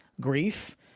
grief